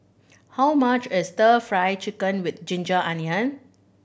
how much is Stir Fry Chicken with ginger onion